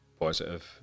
positive